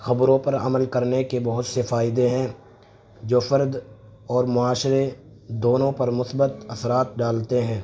خبروں پر عمل کرنے کے بہت سے فائدے ہیں جو فرد اور معاشرے دونوں پر مثبت اثرات ڈالتے ہیں